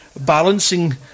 balancing